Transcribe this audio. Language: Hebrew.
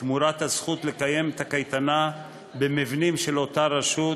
תמורת הזכות לקיים את הקייטנה במבנים של אותה רשות,